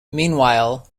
meanwhile